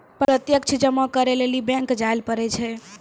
प्रत्यक्ष जमा करै लेली बैंक जायल पड़ै छै